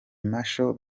martial